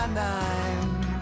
nine